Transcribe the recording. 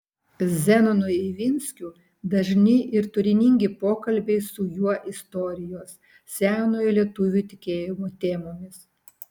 zenonui ivinskiu dažni ir turiningi pokalbiai su juo istorijos senojo lietuvių tikėjimo temomis